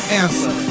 answer